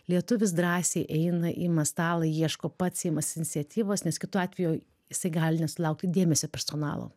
lietuvis drąsiai eina ima stalą ieško pats imasi iniciatyvos nes kitu atveju jisai gali nesulaukti dėmesio personalo